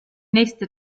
nächste